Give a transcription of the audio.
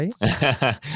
right